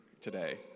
today